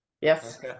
Yes